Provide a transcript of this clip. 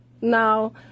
now